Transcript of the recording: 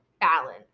balance